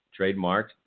trademarked